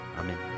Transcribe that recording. amen